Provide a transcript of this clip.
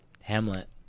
Hamlet